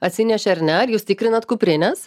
atsinešė ar ne ar jūs tikrinat kuprines